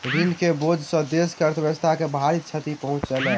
ऋण के बोझ सॅ देस के अर्थव्यवस्था के भारी क्षति पहुँचलै